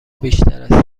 بیشتر